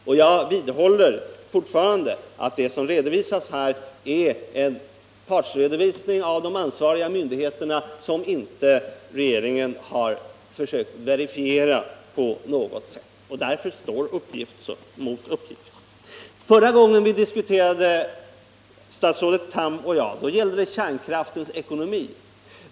Och jag vidhåller fortfarande att uppgifterna här är en partsredovisning från de ansvariga myndigheterna som regeringen inte har försökt verifiera på något sätt. Därför står uppgift mot uppgift. Förra gången vi diskuterade, statsrådet Tham och jag, gällde det kärnkraftens ekonomi.